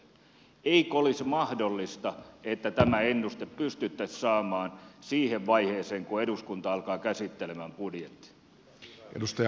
eikö olisi mahdollista että tämä ennuste pystyttäisiin saamaan siihen vaiheeseen kun eduskunta alkaa käsittelemään budjettia